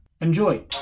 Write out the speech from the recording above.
enjoy